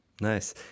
Nice